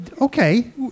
okay